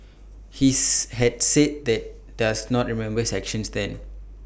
he's had said that does not remember his actions then